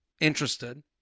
interested